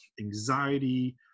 anxiety